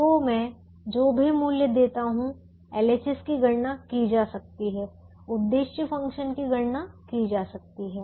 तो मैं जो भी मूल्य देता हूं LHS की गणना की जा सकती है उद्देश्य फ़ंक्शन की गणना की जा सकती है